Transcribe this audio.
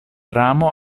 ramo